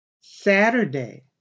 Saturday